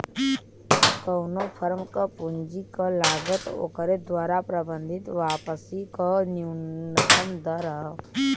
कउनो फर्म क पूंजी क लागत ओकरे द्वारा प्रबंधित वापसी क न्यूनतम दर हौ